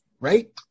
right